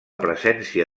presència